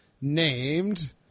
named